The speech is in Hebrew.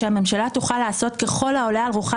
שהממשלה תוכל לעשות ככל העולה על רוחה